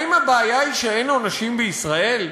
האם הבעיה היא שאין עונשים בישראל?